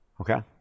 Okay